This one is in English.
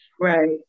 Right